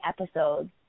episodes